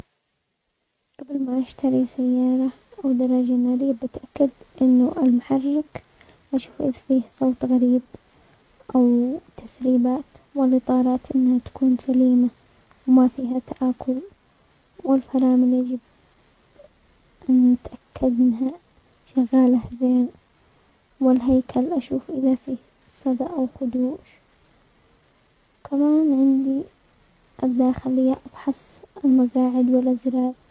قبل ما اشتري سيارة او درجة نارية بتأكد انه المحرك واشوف ايش فيه صوت غريب او تسريبات، والاطارات انها تكون سليمة وما فيها تآكل، والفرامل يجب ان نتأكد انها شغالة زين، والهيكل اشوف اذا فيه صدى او خدوش كمان عندي الداخلية افحص المقاعد والازرق.